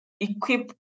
equip